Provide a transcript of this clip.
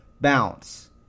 bounce